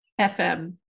FM